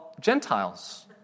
Gentiles